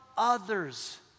Others